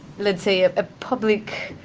let's say, a ah public